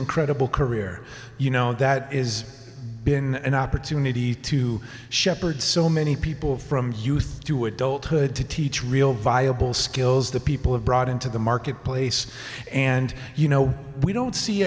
incredible career you know that is been an opportunity to shepherd so many people from youth to adulthood to teach real viable skills that people have brought into the marketplace and you know we don't see